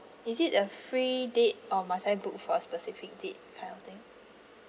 is it a free date or must I book for a specific date kind of thing